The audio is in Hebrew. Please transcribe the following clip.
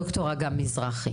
ד"ר הגר מזרחי.